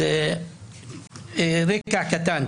אז רקע קטן,